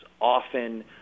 often